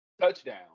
touchdown